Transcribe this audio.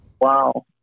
wow